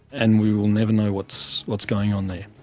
and we will never know what's what's going on there,